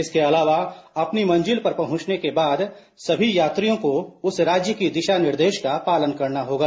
इसके अलावा अपनी मंजिल पर पहुंचने के बाद सभी यात्रियों को उस राज्य के दिशानिर्देशों का पालन करना होगा